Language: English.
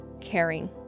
caring